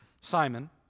Simon